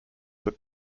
that